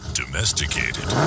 domesticated